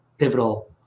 pivotal